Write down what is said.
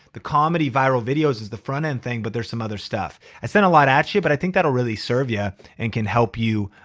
the comedy viral videos is the front end thing but there's some other stuff. i said a lot actually, but i think that'll really serve you yeah and can help you